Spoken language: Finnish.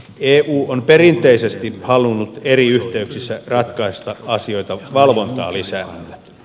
eu on perinteisesti halunnut eri yhteyksissä ratkaista asioita valvontaa lisäämällä